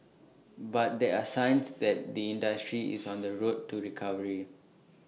but there are signs that the industry is on the road to recovery